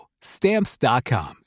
Stamps.com